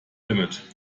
limit